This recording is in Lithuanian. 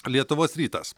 lietuvos rytas